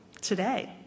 today